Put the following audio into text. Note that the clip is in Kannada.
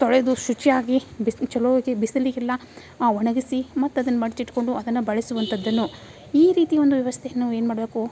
ತೊಳೆದು ಶುಚಿಯಾಗಿ ಬಿಸ್ಲು ಚಲೋ ಐತಿ ಬಿಸಿಲಿಗೆ ಇಲ್ಲ ಒಣಗಿಸಿ ಮತ್ತು ಅದನ್ನು ಮಡಿಚಿಡ್ಕೊಂಡು ಅದನ್ನು ಬಳಸುವಂಥದ್ದನ್ನು ಈ ರೀತಿ ಒಂದು ವ್ಯವಸ್ಥೆಯನ್ನು ಏನು ಮಾಡಬೇಕು